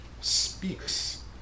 speaks